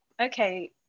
Okay